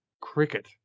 cricket